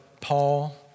Paul